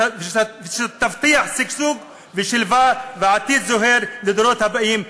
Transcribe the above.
ושתבטיח שגשוג ושלווה ועתיד זוהר לדורות הבאים,